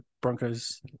Broncos